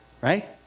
right